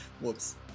Whoops